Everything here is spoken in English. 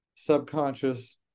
subconscious